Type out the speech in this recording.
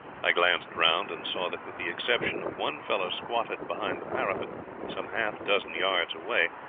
i glanced round and saw that, with the exception of one fellow squatted behind the parapet some half dozen yards away,